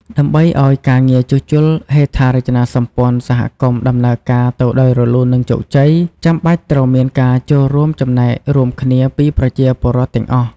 ដើម្បីឲ្យការងារជួសជុលហេដ្ឋារចនាសម្ព័ន្ធសហគមន៍ដំណើរការទៅដោយរលូន និងជោគជ័យ ចាំបាច់ត្រូវមានការចូលរួមចំណែករួមគ្នាពីប្រជាពលរដ្ឋទាំងអស់។